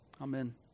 Amen